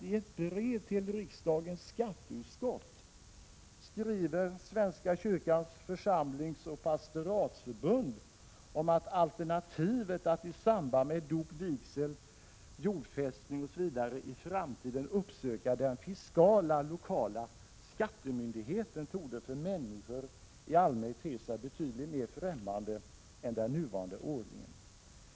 I ett brev till riksdagens skatteutskott skriver nämligen Svenska kyrkans församlingsoch pastoratsförbund att alternativet att i samband med dop, vigsel, jordfästning osv. i framtiden uppsöka den fiskala lokala skattemyndigheten för människor i allmänhet torde te sig betydligt mer främmande än den nuvarande ordningen.